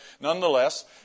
nonetheless